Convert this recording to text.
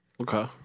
Okay